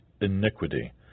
iniquity